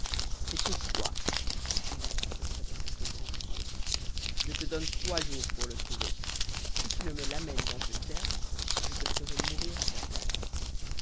c'est pourquoi continua-t-il en s'adressant au grand vizir je te donne trois jours pour le trouver si tu ne me l'amènes dans ce terme je te ferai mourir à sa place